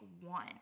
one